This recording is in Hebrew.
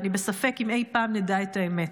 ואני בספק אם אי פעם נדע את האמת.